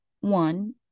One